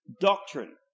doctrine